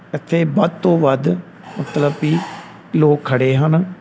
ਇੱਥੇ ਵੱਧ ਤੋਂ ਵੱਧ ਮਤਲਬ ਵੀ ਲੋਕ ਖੜ੍ਹੇ ਹਨ